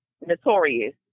Notorious